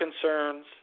concerns